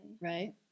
Right